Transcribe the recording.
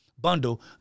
bundle